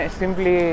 simply